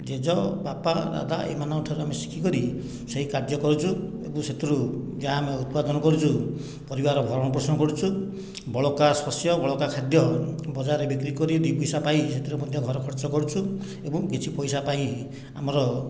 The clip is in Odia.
ଜେଜ ବାପା ଦାଦା ଏମାନଙ୍କଠାରୁ ଆମେ ଶିଖିକରି ସେହି କାର୍ଯ୍ୟ କରୁଛୁ ଏବଂ ସେଥିରୁ ଯାହା ଆମେ ଉତ୍ପାଦନ କରୁଛୁ ପରିବାର ଭରଣ ପୋଷଣ କରୁଛୁ ବଳକା ଶସ୍ୟ ବଳକା ଖାଦ୍ୟ ବଜାରରେ ବିକ୍ରି କରି ଦୁଇ ପଇସା ପାଇ ସେଥିରେ ମଧ୍ୟ ଘର ଖର୍ଚ୍ଚ କରୁଛୁ ଏବଂ କିଛି ପଇସା ପାଇ ଆମର